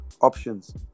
options